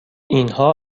اینها